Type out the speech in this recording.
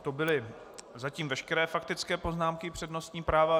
To byly zatím veškeré faktické poznámky i přednostní práva.